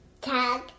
Tag